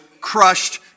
crushed